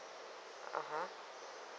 (uh huh)